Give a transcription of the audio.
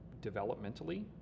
developmentally